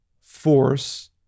force